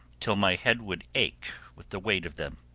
till my head would ache with the weight of them.